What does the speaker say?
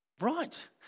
right